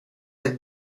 have